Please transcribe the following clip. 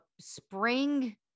spring